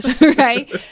Right